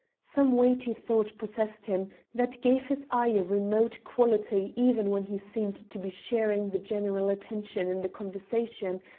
some weighty thought possessed him that gave his eye a remote quality even when he seemed to be sharing the general attention in the conversation,